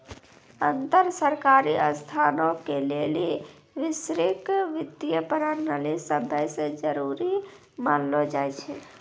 अन्तर सरकारी संस्थानो के लेली वैश्विक वित्तीय प्रणाली सभै से जरुरी मानलो जाय छै